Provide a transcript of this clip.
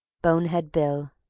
bonehead bill